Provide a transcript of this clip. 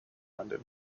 london